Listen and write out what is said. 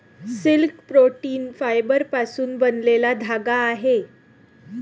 silk protein फायबरपासून बनलेला धागा आहे